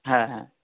হ্যাঁ হ্যাঁ